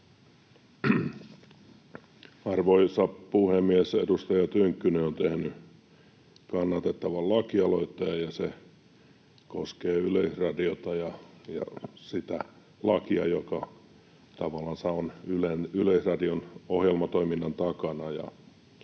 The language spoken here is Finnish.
Arvoisa puhemies! Edustaja Tynkkynen on tehnyt kannatettavan lakialoitteen, ja se koskee Yleisradiota ja sitä lakia, joka tavallansa on Yleisradion ohjelmatoiminnan takana.